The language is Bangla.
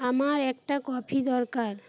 আমার একটা কফি দরকার